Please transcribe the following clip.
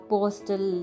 Postal